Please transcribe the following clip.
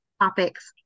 topics